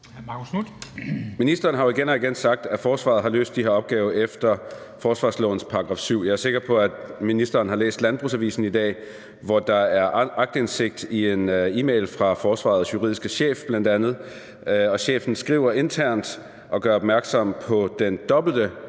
Ministeren har igen og igen sagt, at forsvaret har løst de her opgaver efter forsvarslovens § 7. Jeg er sikker på, at ministeren har læst LandbrugsAvisen i dag, som har fået aktindsigt i bl.a. en e-mail fra forsvarets juridiske chef. Chefen skriver internt og gør opmærksom på den dobbelte